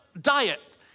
diet